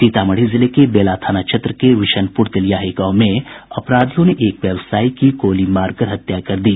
सीतामढ़ी जिले के बेला थाना क्षेत्र के विशनपुर तेलियाही गांव में अपराधियों ने एक व्यवसायी की गोली मारकर हत्या कर दी